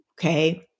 Okay